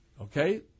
Okay